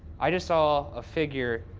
i just saw a figure,